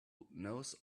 knows